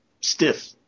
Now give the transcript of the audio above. stiff